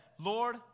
Lord